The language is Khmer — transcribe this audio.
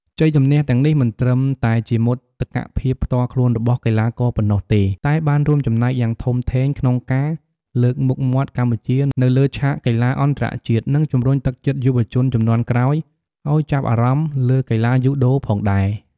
ជ័យជម្នះទាំងនេះមិនត្រឹមតែជាមោទកភាពផ្ទាល់ខ្លួនរបស់កីឡាករប៉ុណ្ណោះទេ តែបានរួមចំណែកយ៉ាងធំធេងក្នុងការលើកមុខមាត់កម្ពុជានៅលើឆាកកីឡាអន្តរជាតិ និងជំរុញទឹកចិត្តយុវជនជំនាន់ក្រោយឲ្យចាប់អារម្មណ៍លើកីឡាយូដូផងដែរ ។